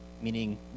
meaning